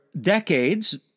decades